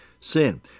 sin